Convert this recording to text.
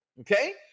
Okay